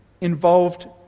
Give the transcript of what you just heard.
involved